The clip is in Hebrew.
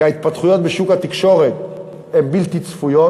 כי ההתפתחויות בשוק התקשורת הן בלתי צפויות,